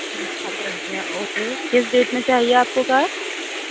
okay کس date میں چاہیے آپ کو کار